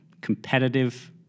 competitive